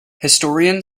historian